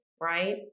right